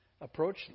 approach